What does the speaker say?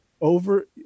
Over